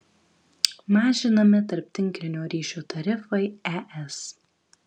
mažinami tarptinklinio ryšio tarifai es